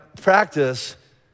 practice